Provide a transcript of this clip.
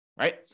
right